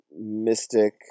mystic